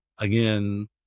again